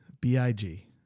B-I-G